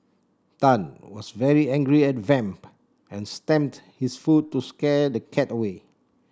Tan was very angry at Vamp and stamped his foot to scare the cat away